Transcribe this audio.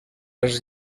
els